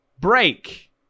break